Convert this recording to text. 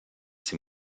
sie